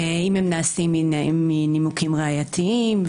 אם הם נעשים מנימוקים ראייתיים.